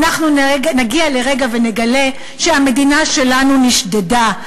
אנחנו נגיע לרגע שנגלה שהמדינה שלנו נשדדה.